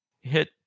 hit